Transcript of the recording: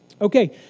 Okay